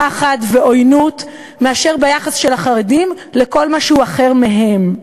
פחד ועוינות מאשר ביחס של החרדים לכל מה שאינו הם.